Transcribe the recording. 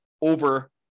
over